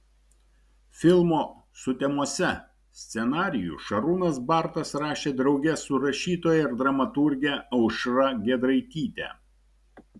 filmo sutemose scenarijų šarūnas bartas rašė drauge su rašytoja ir dramaturge aušra giedraityte